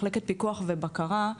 מחלקת פיקוח ובקרה,